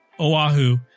Oahu